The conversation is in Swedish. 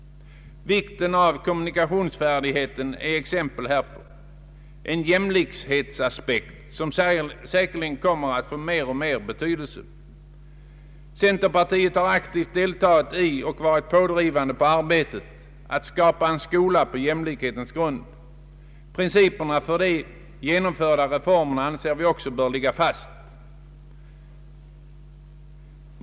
Vikten av kommunikationsfärdigheten är exempel därpå, en jämlikhetsaspekt som säkerligen kommer att få allt större betydelse. Centerpartiet har aktivt deltagit i och drivit på arbetet att skapa en skola på jämlikhetens grund. Principerna för de genomförda reformerna anser vi också bör ligga fast.